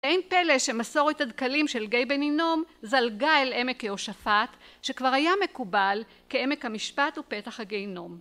אין פלא שמסורת הדקלים של גיא בן הינום, זלגה אל עמק יהושפט, שכבר היה מקובל כעמק המשפט ופתח הגהנום